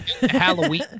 Halloween